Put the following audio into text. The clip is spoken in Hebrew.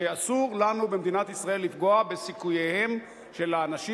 שאסור לנו במדינת ישראל לפגוע בסיכוייהם של האנשים